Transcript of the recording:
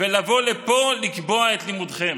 ולבוא לפה לקבוע את לימודכם.